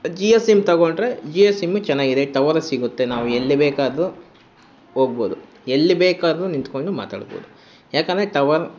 Jio sim ತಗೊಂಡ್ರೆ Jio sim ಚೆನ್ನಾಗಿದೆ tower ಸಿಗುತ್ತೆ ನಾವು ಎಲ್ಲಿ ಬೇಕಾದ್ರೂ ಹೋಗ್ಬೋದು ಎಲ್ಲಿ ಬೇಕಾದ್ರೂ ನಿಂತುಕೊಂಡು ಮಾತಾಡ್ಬೋದು ಯಾಕಂದರೆ ಟವರ್